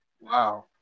Wow